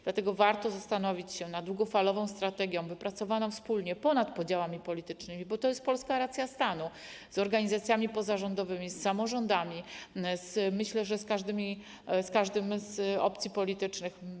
Dlatego warto zastanowić się nad strategią długofalową, wypracowaną wspólnie, ponad podziałami politycznymi - bo to jest polska racja stanu - z organizacjami pozarządowymi, z samorządami, myślę, że z każdą z opcji politycznych.